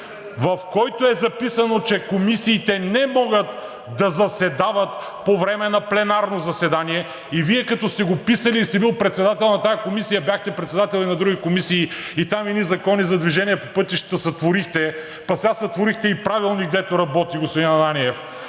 …в който е записано, че комисиите не могат да заседават по време на пленарно заседание?! И Вие, като сте го писали и сте били председател на тази Комисия, бяхте председател и на други комисии – там едни закони за движение по пътищата сътворихте, пък сега сътворихте и Правилник, дето работи, господин Ананиев!